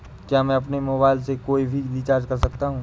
क्या मैं अपने मोबाइल से कोई भी रिचार्ज कर सकता हूँ?